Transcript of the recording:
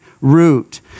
root